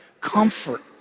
comfort